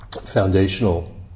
foundational